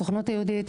הסוכנות היהודית,